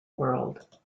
world